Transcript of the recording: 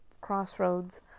crossroads